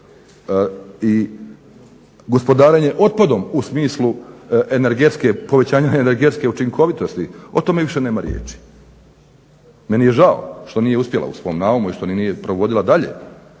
i gospodarenje otpadom u smislu povećanja energetske učinkovitosti, o tome više nema riječi. Meni je žao što nije uspjela u ovom naumu i što nije provodila dalje